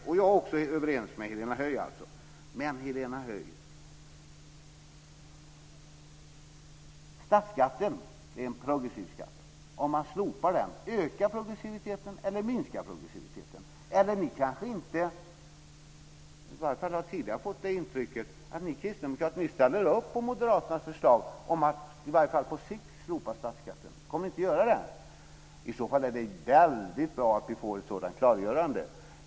Jag är alltså också överens med Helena Höij. Men, Helena Höij, statsskatten är en progressiv skatt. Ökar progressiviteten eller minskar progressiviteten om man slopar den? Jag har tidigare fått det intrycket att ni kristdemokrater ställer upp på moderaternas förslag om att i varje fall på sikt slopa statsskatten. Kommer ni inte att göra det? I så fall är det väldigt bra om vi får ett sådant klargörande.